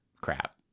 crap